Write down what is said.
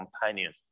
companion